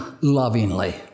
lovingly